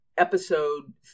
episode